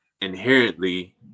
inherently